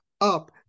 up